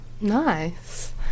nice